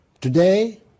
today